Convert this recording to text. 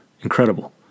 Incredible